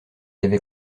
avait